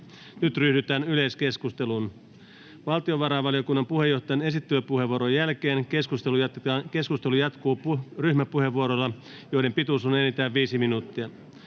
Nyt ryhdytään yleiskeskusteluun. Valtiovarainvaliokunnan puheenjohtajan esittelypuheenvuoron jälkeen keskustelu jatkuu ryhmäpuheenvuoroilla, joiden pituus on enintään viisi minuuttia.